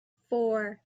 four